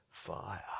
fire